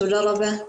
תודה רבה.